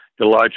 Elijah